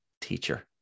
teacher